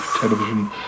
television